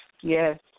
Yes